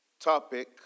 topic